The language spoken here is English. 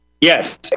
Yes